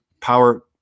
power